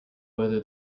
whether